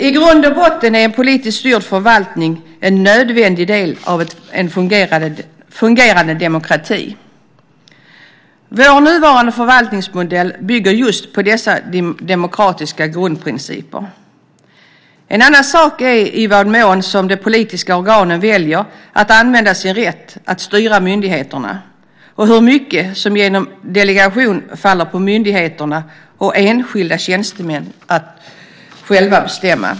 I grund och botten är en politiskt styrd förvaltning en nödvändig del av en fungerande demokrati. Vår nuvarande förvaltningsmodell bygger just på dessa demokratiska grundprinciper. En annan sak är i vad mån de politiska organen väljer att använda sin rätt att styra myndigheterna och hur mycket som genom delegation faller på myndigheter och enskilda tjänstemän att själva bestämma.